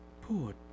Poor